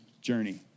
journey